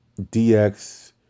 DX